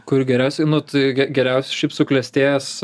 kur geriausiai nu tai geriausia šiaip suklestėjęs